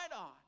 on